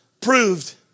proved